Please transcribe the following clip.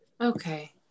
Okay